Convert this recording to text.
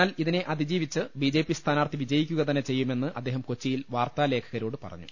എന്നാൽ ഇതിനെ അതിജീവിച്ച് ബിജെപി സ്ഥാനാർത്ഥി വിജയിക്കുകതന്നെ ചെയ്യുമെന്ന് അദ്ദേഹം കൊച്ചി യിൽ മാധ്യമ പ്രവർത്തകരോട് പറഞ്ഞു